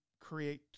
create